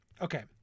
Okay